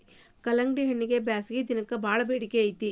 ಕಲ್ಲಂಗಡಿಹಣ್ಣಗೆ ಬ್ಯಾಸಗಿ ದಿನಕ್ಕೆ ಬಾಳ ಬೆಡಿಕೆ ಇರ್ತೈತಿ